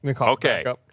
Okay